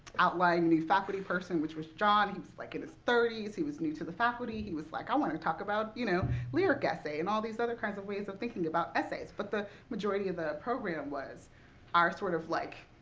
outlining new faculty person, which was john. he was like in his thirty s. he was new to the faculty. he was like i want to and talk about you know lyric essay and all these other kinds of ways of thinking about essays. but the majority of the program was are, sort of, like,